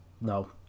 no